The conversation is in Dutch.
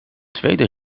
tweede